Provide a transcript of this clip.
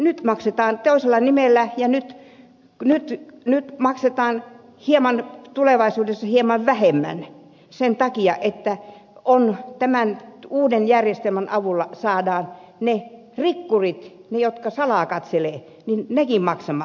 nyt maksetaan toisella nimellä ja tulevaisuudessa maksetaan hieman vähemmän sen takia että tämän uuden järjestelmän avulla saadaan rikkurit ne jotka salaa katselevat nekin maksamaan